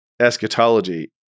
eschatology